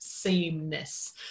sameness